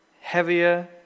heavier